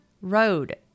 road